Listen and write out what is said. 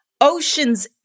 Oceans